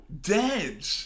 Dead